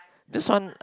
this one